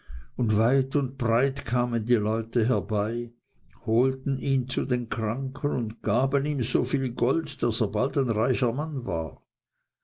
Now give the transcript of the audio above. und weit und breit kamen die leute herbei holten ihn zu den kranken und gaben ihm so viel gold daß er bald ein reicher mann war